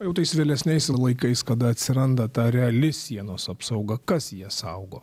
jau tais vėlesniais laikais kada atsiranda ta reali sienos apsauga kas ją saugo